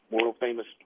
world-famous